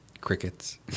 Crickets